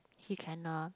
he cannot